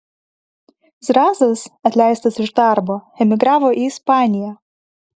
zrazas atleistas iš darbo emigravo į ispaniją